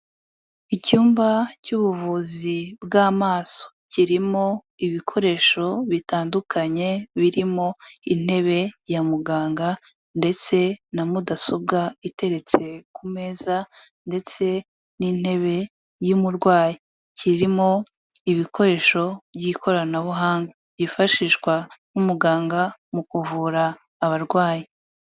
Icyumba cy'ubuvuzi bw'amaso, kirimo ibikoresho bitandukanye birimo intebe ya muganga ndetse na mudasobwa iteretse ku meza ndetse n'intebe y'umurwayi. Kirimo ibikoresho by'ikoranabuhanga byifashishwa n'umuganga mu kuvura abarwayi.